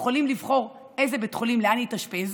יכולים לבחור באיזה בית חולים להתאשפז,